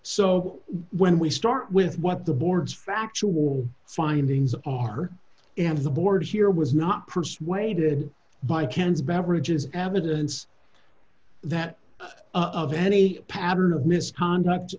so when we start with what the board's factual findings are and the board here was not persuaded by ken's beverages evidence that of any pattern of misconduct